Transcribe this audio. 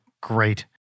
great